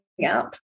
app